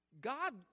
God